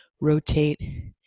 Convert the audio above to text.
rotate